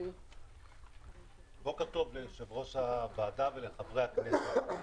בוקר טוב ליושב-ראש הוועדה ולחברי הכנסת.